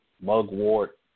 mugwort